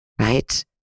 right